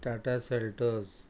Tata Seltos